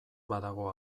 badago